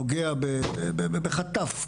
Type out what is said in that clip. נוגע בחטף,